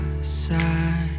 side